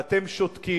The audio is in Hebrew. ואתם שותקים.